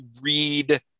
read